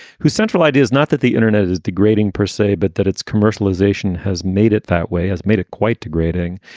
whose central idea is not that the internet is degrading persay, but that its commercialization has made it that way, has made it quite degrading?